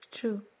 True